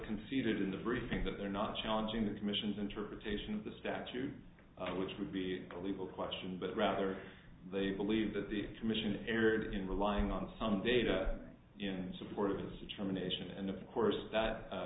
conceded in the briefing that they're not challenging the commission's interpretation of the statute which would be a legal question but rather they believe that the commission erred in relying on some data in support of those determinations and of course that